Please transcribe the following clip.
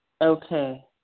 okay